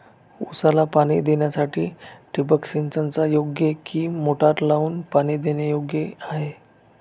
ऊसाला पाणी देण्यासाठी ठिबक सिंचन योग्य कि मोटर लावून पाणी देणे योग्य आहे?